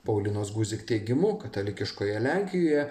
paulinos guzik teigimu katalikiškoje lenkijoje